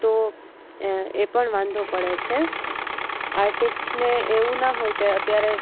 તો એ પણ વાંધો પડે છે આર્ટિસ્ટને એવું ના હોય કે અત્યારે